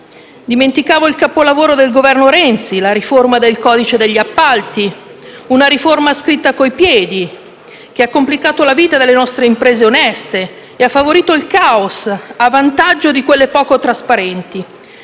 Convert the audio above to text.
Dimenticavo il capolavoro del Governo Renzi, la riforma del codice degli appalti; una riforma scritta con i piedi, che ha complicato la vita delle nostre imprese oneste e ha favorito il caos a vantaggio di quelle poco trasparenti.